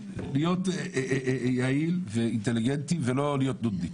להיות יעיל ואינטליגנטי ולא להיות נודניק.